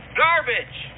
garbage